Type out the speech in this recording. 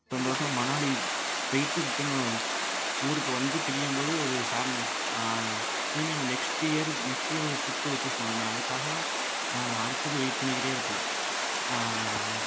இப்போ இந்த வருஷம் மணாலி போயிட்டு ரிட்டனு ஊருக்கு வந்து பிரியும் போது ஒரு சேட்னஸ் திரும்பி அந்த நெக்ஸ்ட் இயரு நெக்ஸ்ட் இயர் ஒரு ட்ரிப்பு சூஸ் பண்ணுவோமே அதுக்காக அடுத்தது வெயிட் பண்ணிக்கிட்டே இருப்போம்